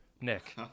Nick